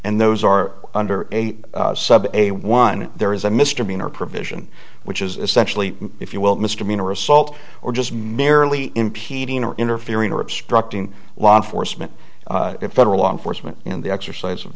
and those are under a sub a one there is a misdemeanor provision which is essentially if you will misdemeanor assault or just merely impeding or interfering or obstructing law enforcement of federal law enforcement in the exercise of